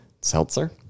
seltzer